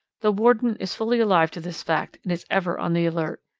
the warden is fully alive to this fact, and is ever on the alert.